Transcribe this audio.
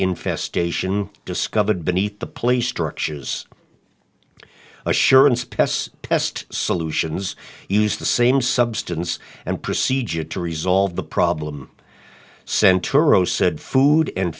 infestation discovered beneath the play structures assurance pes test solutions used the same substance and procedure to resolve the problem center said food and